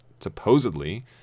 supposedly